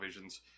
televisions